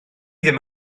ddim